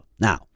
now